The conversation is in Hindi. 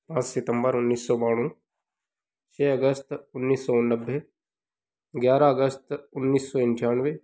पाँच सितम्बर उन्नीस सौ बावन छः अगस्त उन्नीस सौ नब्बे ग्यारह अगस्त उन्नीस सौ पंचानवे